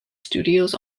studios